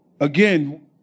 again